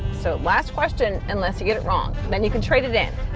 so last question unless you get it wrong then you can trade it in.